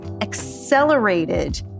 accelerated